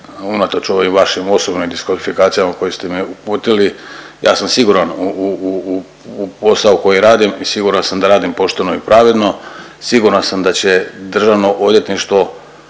unatoč ovim vašim osobnim diskvalifikacijama koje ste mi uputili ja sam siguran u posao koji radim i siguran sam da radim pošteno i pravedno. Siguran sam da će Državno odvjetništvo